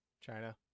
China